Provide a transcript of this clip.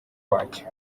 wacyo